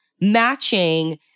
matching